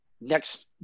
next